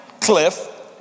cliff